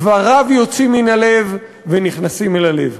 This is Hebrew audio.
דבריו יוצאים מן הלב ונכנסים אל הלב.